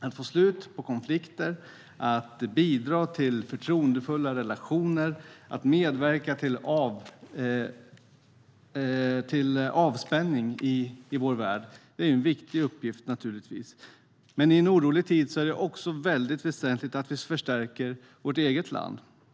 Att få slut på konflikter, bidra till förtroendefulla relationer och medverka till avspänning i vår värld är förstås en viktig uppgift. I en orolig tid är det dock också väsentligt att vi förstärker vårt eget land.